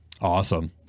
Awesome